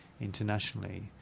internationally